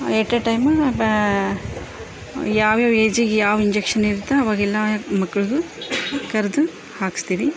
at a time ಬಾ ಯಾವಯಾವ ಏಜಿಗೆ ಯಾವ ಇಂಜೆಕ್ಷನ್ ಇರ್ತ ಅವಾಗೆಲ್ಲ ಮಕ್ಕಳಿಗೂ ಕರೆದು ಹಾಕಿಸ್ತೀವಿ